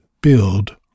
build